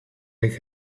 erik